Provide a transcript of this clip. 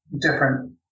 different